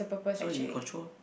so you control